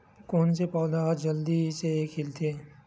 कोन से पौधा ह जल्दी से खिलथे?